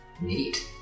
Neat